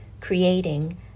creating